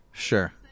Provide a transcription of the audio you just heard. Sure